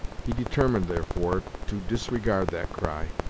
he determined, therefore, to disregard that cry,